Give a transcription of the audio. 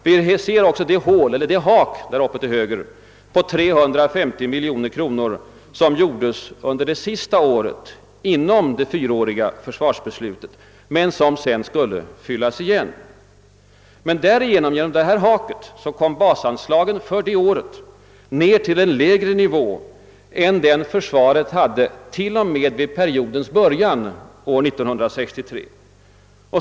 Vi ser också det hack där uppe till höger på 390 miljoner kronor som uppstod under det sista året av de fyra år som försvarsbeslutet avsåg. Hålet skulle sedan fyllas igen. Genom detta hack kom basanslagen för det året ned till en lägre nivå än försvaret hade till och med vid periodens början år 1963.